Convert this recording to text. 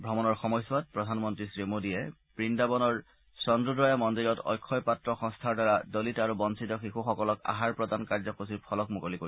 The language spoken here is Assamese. ভ্ৰমণৰ সময়ছোৱাত প্ৰধানমন্ত্ৰী শ্ৰীমোডীয়ে বৃন্দাবন চদ্ৰোদয়া মন্দিৰত অক্ষয় পাত্ৰ সংস্থাৰ দ্বাৰা দলিত আৰু বঞ্চিত শিশুসকলক আহাৰ প্ৰদান কাৰ্যসূচীৰ ফলক মুকলি কৰিব